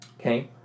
Okay